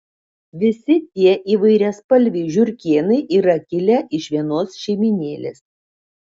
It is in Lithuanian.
visi tie įvairiaspalviai žiurkėnai yra kilę iš vienos šeimynėlės